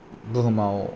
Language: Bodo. बुहुमाव